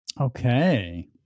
Okay